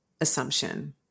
assumption